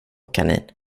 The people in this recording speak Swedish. kanin